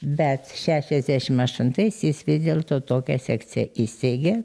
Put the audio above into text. bet šešiasdešim aštuntais jis vis dėlto tokią sekciją įsteigė